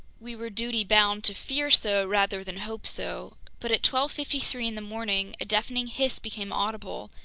we were duty bound to fear so rather than hope so. but at twelve fifty three in the morning, a deafening hiss became audible,